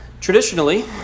Traditionally